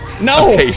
No